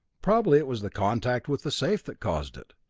probably it was the contact with the safe that caused it.